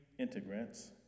integrants